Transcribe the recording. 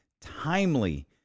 timely